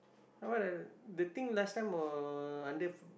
the thing last time were under